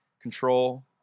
control